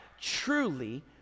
truly